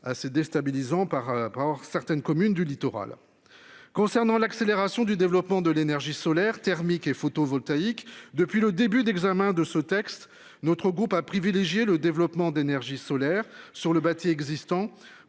assez déstabilisant par après avoir certaines communes du littoral. Concernant l'accélération du développement de l'énergie solaire thermique et photovoltaïque depuis le début de l'examen de ce texte. Notre groupe a privilégié le développement d'énergies solaire sur le bâti existant